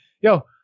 yo